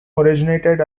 originated